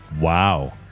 Wow